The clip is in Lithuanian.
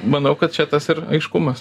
manau kad čia tas ir aiškumas